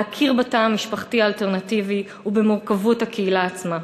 להכיר בתא המשפחתי האלטרנטיבי ובמורכבות הקהילה עצמה.